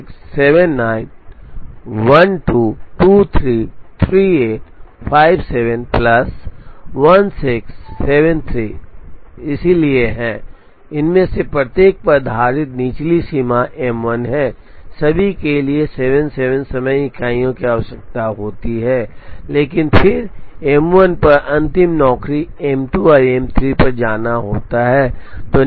12233857 plus 16 73So है इनमें से प्रत्येक पर आधारित निचली सीमा M1 है सभी के लिए 77 समय इकाइयों की आवश्यकता होती है लेकिन फिर M1 पर अंतिम नौकरी M2 और M3 पर जाना होता है